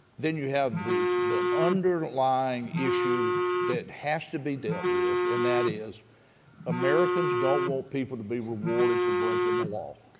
then you have the the underlying issue that has to be dealt with, and that is americans don't want people to be rewarded for breaking the law.